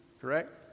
correct